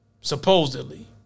supposedly